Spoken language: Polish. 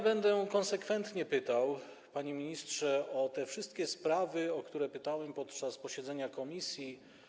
Będę konsekwentnie pytał, panie ministrze, o te wszystkie sprawy, o które pytałem w czasie posiedzenia komisji.